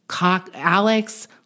Alex